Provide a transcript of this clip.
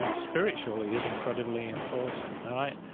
and spiritually, is incredibly important. and i,